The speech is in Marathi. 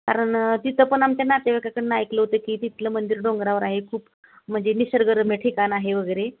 कारण तिथं पण आमच्या नातेवाईकाकडून ऐकलं होतं की तिथलं मंदिर डोंगरावर आहे खूप म्हणजे निसर्गरम्य ठिकाण आहे वगैरे